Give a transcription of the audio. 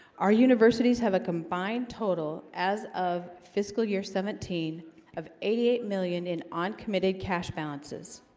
our universities have a combined total as of fiscal year seventeen of eighty eight million in uncommitted cash balances